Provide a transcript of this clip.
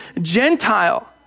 Gentile